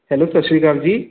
hello ਸਤਿ ਸ਼੍ਰੀ ਅਕਾਲ ਜੀ